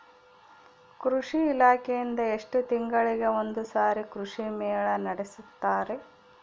ಕೃಷಿ ಇಲಾಖೆಯಿಂದ ಎಷ್ಟು ತಿಂಗಳಿಗೆ ಒಂದುಸಾರಿ ಕೃಷಿ ಮೇಳ ನಡೆಸುತ್ತಾರೆ?